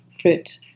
fruit